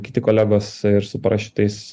kiti kolegos ir su prašiutais